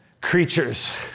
creatures